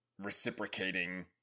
reciprocating